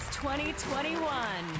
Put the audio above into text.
2021